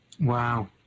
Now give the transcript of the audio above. Wow